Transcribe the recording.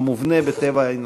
המובנה בטבע האנושי.